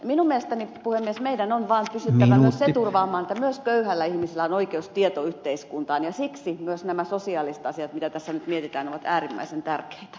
minun mielestäni puhemies meidän on vaan pystyttävä myös se turvaamaan että myös köyhällä ihmisellä on oikeus tietoyhteiskuntaan ja siksi myös nämä sosiaaliset asiat mitä tässä nyt mietitään ovat äärimmäisen tärkeitä